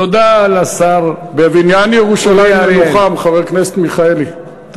תודה לשר אורי אריאל.